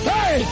Hey